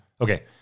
Okay